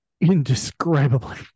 indescribably